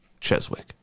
Cheswick